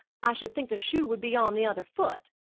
i should think the shoe would be on the other foot.